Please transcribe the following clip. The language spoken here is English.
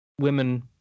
women